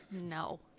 no